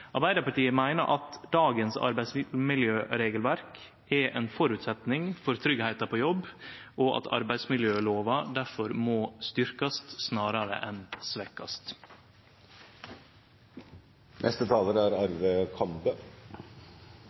Arbeidarpartiet meiner at arbeidsmiljøregelverket av i dag er ein føresetnad for tryggleiken på jobb, og at arbeidsmiljølova difor må bli styrkt snarare enn